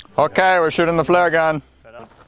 okay we're shooting the flare gun but